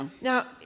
Now